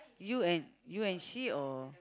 you and you and she or